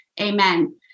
Amen